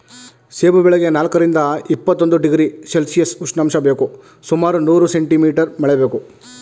ಸೇಬು ಬೆಳೆಗೆ ನಾಲ್ಕರಿಂದ ಇಪ್ಪತ್ತೊಂದು ಡಿಗ್ರಿ ಸೆಲ್ಶಿಯಸ್ ಉಷ್ಣಾಂಶ ಬೇಕು ಸುಮಾರು ನೂರು ಸೆಂಟಿ ಮೀಟರ್ ಮಳೆ ಬೇಕು